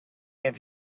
have